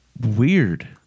weird